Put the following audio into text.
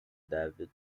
david